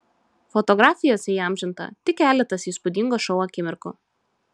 fotografijose įamžinta tik keletas įspūdingo šou akimirkų